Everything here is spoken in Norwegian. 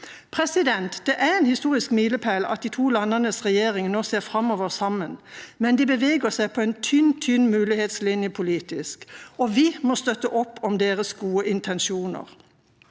punkter. Det er en historisk milepæl at de to landenes regjeringer nå ser framover sammen, men de beveger seg på en tynn, tynn mulighetslinje politisk. Vi må støtte opp om deres gode intensjoner.